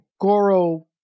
Goro